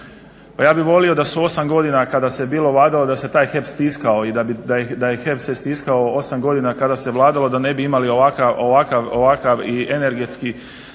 ja bih volio da su osam godina kada se bilo vladalo da se taj HEP stiskao i da je HEP se stiskao osam godina kada se vladao da ne bi imali ovakav i energetski